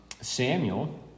Samuel